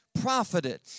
profited